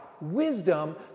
wisdom